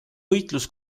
võitlus